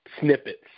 snippets